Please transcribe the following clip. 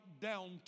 down